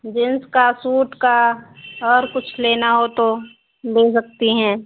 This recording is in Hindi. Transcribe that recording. जेंस का सूट का और कुछ लेना हो तो ले सकती हैं